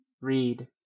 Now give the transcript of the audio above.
read